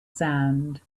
sound